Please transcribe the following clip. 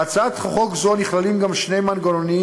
בהצעת חוק זו נכללים גם שני מנגנונים